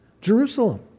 Jerusalem